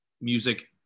music